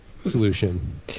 solution